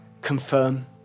confirm